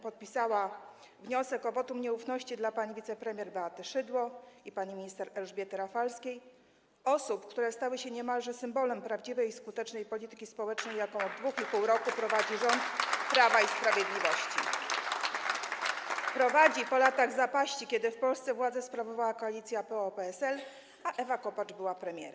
podpisała wniosek o wotum nieufności dla pani wicepremier Beaty Szydło i pani minister Elżbiety Rafalskiej - osób, które stały się niemalże symbolem prawdziwej i skutecznej polityki społecznej, jaką od 2,5 roku prowadzi rząd Prawa i Sprawiedliwości, prowadzi po latach zapaści, kiedy w Polsce władzę sprawowała koalicja PO-PSL, a Ewa Kopacz była premierem.